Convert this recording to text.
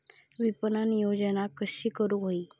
विपणन योजना कशी करुक होई?